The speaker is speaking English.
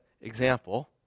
example